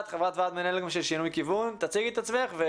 חברת ועדת מנהל של שינוי כיוון, בבקשה.